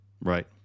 right